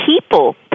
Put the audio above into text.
People